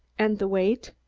and the weight?